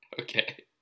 Okay